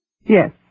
Yes